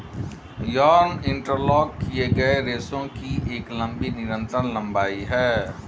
yarn interlock किए गए रेशों की एक लंबी निरंतर लंबाई है